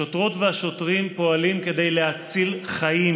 השוטרות והשוטרים פועלים כדי להציל חיים.